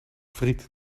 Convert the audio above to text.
friet